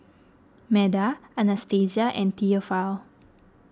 Meda Anastasia and theophile